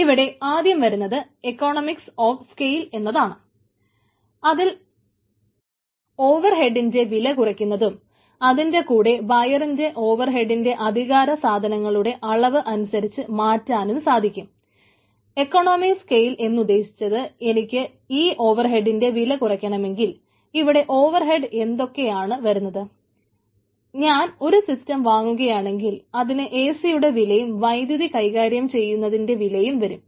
ഇവിടെ ആദ്യം വരുന്നത് എക്കണോമിസ് ഓഫ് സ്കെയിൽ യുടെ വില വരും